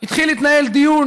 התחיל להתנהל דיון,